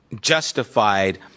justified